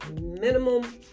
minimum